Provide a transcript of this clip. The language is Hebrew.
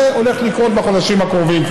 זה גם הולך לקרות כבר בחודשים הקרובים.